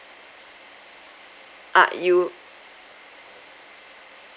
are you